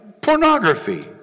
pornography